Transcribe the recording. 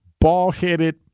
ball-headed